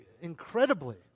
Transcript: incredibly